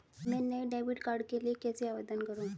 मैं नए debit card के लिए कैसे आवेदन करूं?